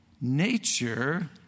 Nature